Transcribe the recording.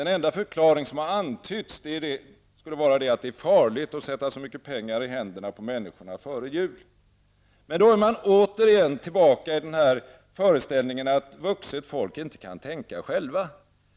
Den enda förklaring som har antytts skulle vara att det är farligt att sätta så mycket pengar i händerna på människor före jul. Men då är man återigen tillbaka i föreställningen att vuxet folk inte kan tänka själva.